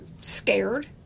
scared